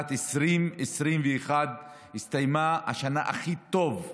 שנת 2021 הסתיימה כשנה הכי טובה